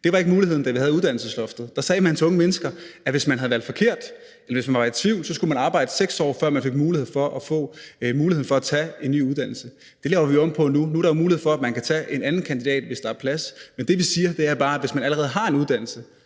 Det var ikke en mulighed, da vi havde uddannelsesloftet. Der sagde man til unge mennesker, at hvis man havde valgt forkert, eller hvis man var i tvivl, skulle man arbejde 6 år, før man fik mulighed for at tage en ny uddannelse. Det laver vi om på nu. Nu er der jo mulighed for, at man kan tage en anden kandidatuddannelse, hvis der er plads. Men det, vi siger, er bare, at hvis man allerede har en uddannelse,